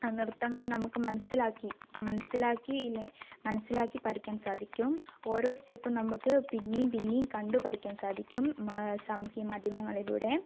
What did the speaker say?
നൃത്തങ്ങൾ നമുക്ക് മനസ്സിലാക്കി മനസ്സിലാക്കിയില്ലെങ്കിൽ മനസ്സിലാക്കി പഠിക്കാൻ സാധിക്കും ഓരോ സ്റ്റെപ്പും നമുക്ക് പിന്നെയും പിന്നെയും കണ്ടു പഠിക്കാൻ സാധിക്കും സാമൂഹ്യ മാധ്യമങ്ങളിലൂടെ